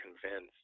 convinced